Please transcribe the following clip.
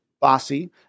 bossy